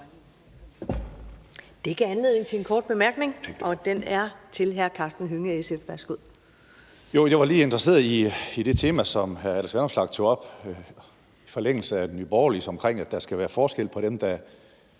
Det gav anledning til en kort bemærkning, og den er fra hr. Karsten Hønge, SF. Værsgo.